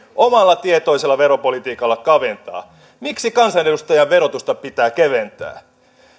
omalla tietoisella veropolitiikalla kaventaa miksi kansanedustajan verotusta pitää keventää